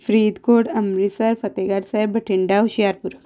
Faridkot Amritsar Fatehgarh Sahib Bathinda Hoshiarpur